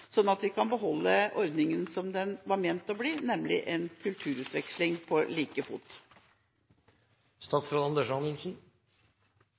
sånn at vi kan beholde ordningen som den var ment å bli, nemlig en kulturutveksling på like fot.